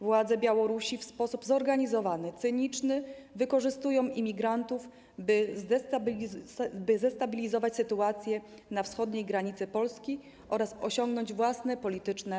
Władze Białorusi w sposób zorganizowany i cyniczny wykorzystują imigrantów, by zdestabilizować sytuację na wschodniej granicy Polski oraz osiągnąć własne cele polityczne.